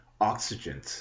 oxygen